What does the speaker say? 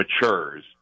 matures